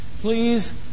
Please